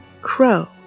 Crow